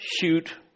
shoot